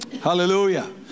hallelujah